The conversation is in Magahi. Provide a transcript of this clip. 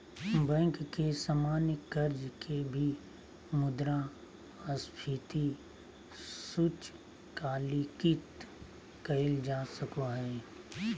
बैंक के सामान्य कर्ज के भी मुद्रास्फीति सूचकांकित कइल जा सको हइ